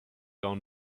down